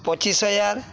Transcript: ପଚିଶି ହଜାର